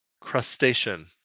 crustacean